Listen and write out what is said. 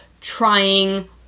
trying